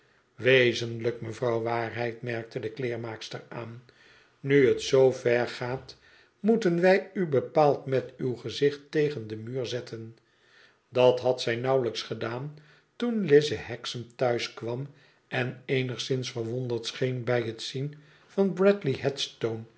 wezenlijk mevrouw w merkte de kleermaakster aan nu het zoo ver gaat mpeten wij u bepaald met uw gezicht tegen den muur zetten dat had zij nauwelijks gedaan toen lize hexam thuis kwam en eenigszins verwonderd scheen bij het zien van bradley